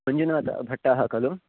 मञ्जुनातभट्टः खलु